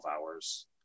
hours